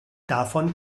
davon